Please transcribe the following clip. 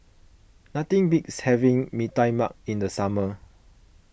nothing beats having Mee Tai Mak in the summer